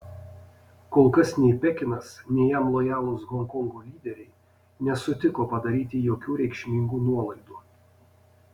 kol kas nei pekinas nei jam lojalūs honkongo lyderiai nesutiko padaryti jokių reikšmingų nuolaidų